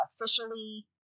officially